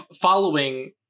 following